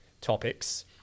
topics